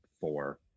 four